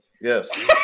Yes